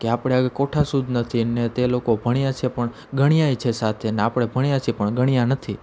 કે આપડે કોઠાસૂઝ નથી ને તે લોકો ભણ્યાં છે પણ ગણ્યાંય છે સાથે ને આપણે ભણ્યાં પણ ગણ્યાં નથી